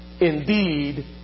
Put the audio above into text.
indeed